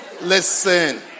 listen